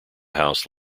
house